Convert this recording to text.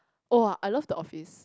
!woah! I love the Office